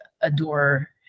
adore